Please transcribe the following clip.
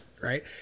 Right